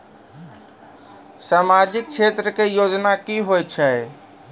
समाजिक क्षेत्र के योजना की होय छै?